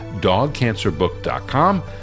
dogcancerbook.com